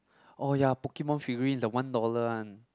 oh ya Pokemon figurines the one dollar one